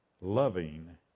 loving